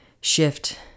shift